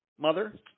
mother